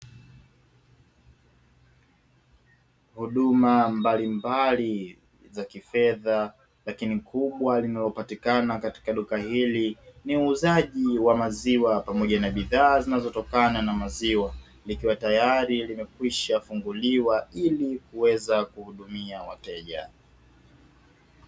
Huduma mbalimbali za kifedha lakini kubwa linalopatikana katika duka hili ni uuzaji wa maziwa na bidhaa zinazotokana na maziwa likiwa tayari limekwisha funguliwa ili kuweza kuhudumia wateja.